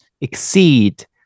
exceed